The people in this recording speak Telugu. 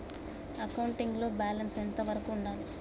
అకౌంటింగ్ లో బ్యాలెన్స్ ఎంత వరకు ఉండాలి?